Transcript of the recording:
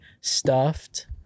stuffed